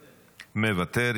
מוותר.